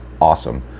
awesome